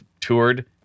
toured